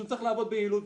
שהוא צריך לעבוד ביעילות,